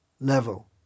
level